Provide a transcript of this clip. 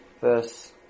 verse